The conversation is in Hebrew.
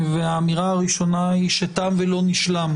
האמירה הראשונה היא תם ולא נשלם.